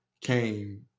came